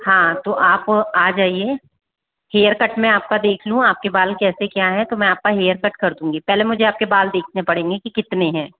हाँ तो आप आ जाइए हेयर कट में आपका देख लूँ आपके बाल कैसे क्या हैं तो मैं आपका हेयर कट कर दूँगी पहले मुझे आपके बाल देखने पड़ेंगे कि कितने हैं